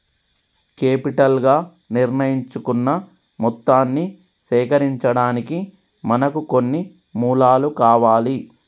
capital గా నిర్ణయించుకున్న మొత్తాన్ని సేకరించడానికి మనకు కొన్ని మూలాలు కావాలి